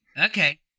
okay